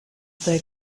they